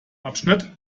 abschnitt